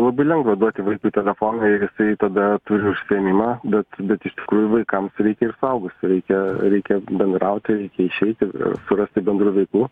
labai lengva duoti vaikui telefoną ir tada turi užsiėmimą bet bet iš tikrųjų vaikams reikia ir suaugusio reikia reikia bendrauti reikia išeiti surasti bendrų veiklų